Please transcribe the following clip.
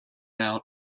out